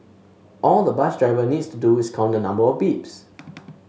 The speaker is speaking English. all the bus driver needs to do is count the number of beeps